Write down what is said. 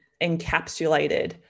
encapsulated